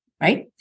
right